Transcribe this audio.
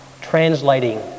translating